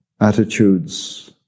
attitudes